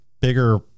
bigger